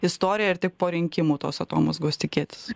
istoriją ir taip po rinkimų tos atomazgos tikėtis